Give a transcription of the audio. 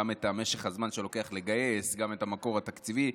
גם את משך הזמן שלוקח לגייס וגם את המקור התקציבי.